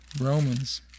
Romans